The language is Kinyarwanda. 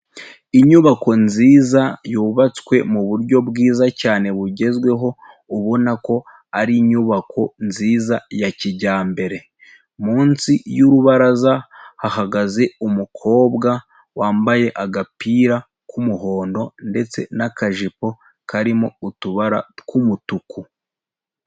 Inyubako nziza yubatswe mu buryo bwiza cyane bugezweho, ubona ko ari inyubako nziza ya kijyambere, munsi y'urubaraza hahagaze umukobwa wambaye agapira k'umuhondo ndetse n'akajipo karimo utubara tw'umutuku.